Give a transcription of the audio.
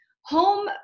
Home